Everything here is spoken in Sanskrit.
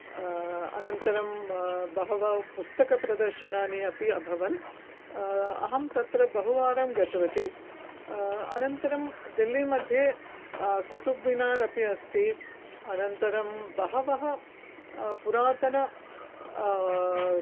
अनन्तरं बहवः पुस्तकप्रदर्शनानि अपि अभवन् अहं तत्र बहुवारं गतवति अनन्तरं दिल्ली मध्ये कुतुब् मिनार् अपि अस्ति अनन्तरं बहवः पुरातन